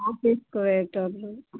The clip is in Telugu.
ఆఫీస్కి పోయే వాళ్ళు